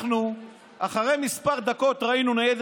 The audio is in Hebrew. הוא אדם הגון, הוא שכן ראוי.